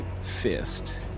fist